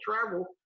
travel